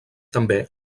també